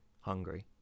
hungry